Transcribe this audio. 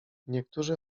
niektórzy